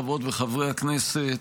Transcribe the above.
חברות וחברי הכנסת,